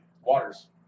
Waters